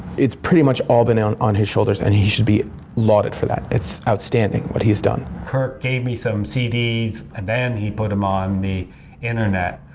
it's pretty much all on on his shoulders and he should be lauded for that. it's outstanding what he has done. kirk gave me some cds, and then he put them on the internet.